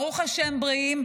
ברוך השם בריאים,